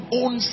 own